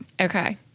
Okay